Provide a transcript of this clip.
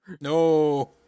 No